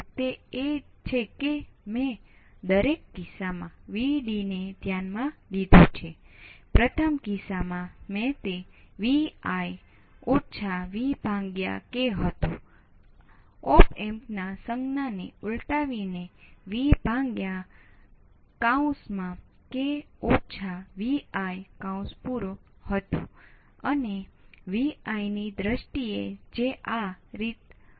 તેથી આ દિશામાં R3 માં થતો વોલ્ટેજ ડ્રોપ કે જે R1R1 R2 છે